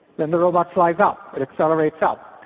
then the robot flies up, it accelerates up.